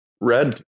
Red